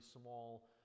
small